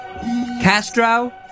Castro